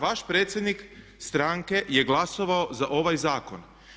Vaš predsjednik stranke je glasovao za ovaj zakon.